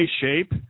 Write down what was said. shape